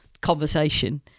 conversation